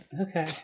Okay